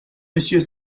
monsieur